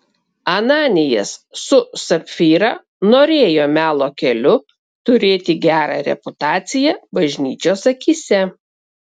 ananijas su sapfyra norėjo melo keliu turėti gerą reputaciją bažnyčios akyse